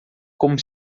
como